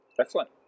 Excellent